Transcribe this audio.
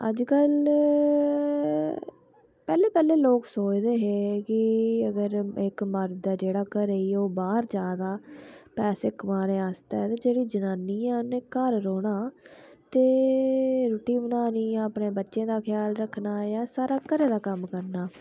अज्ज कल्ल पैहले पैहले लोग सोचदे हे कि इक मर्द ऐ जेह्ड़़ा घरे गी ओह् बाहर जा दा पैसे कमाने आस्तै ते जेह्ड़ी जनानी ऐ उन्नै घर रौहना ते रूट्टी बनानी जां अपने बच्चें दा ख्याल रखना जां सारा घरे दा कम्म करना